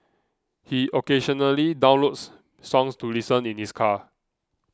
he occasionally downloads songs to listen in his car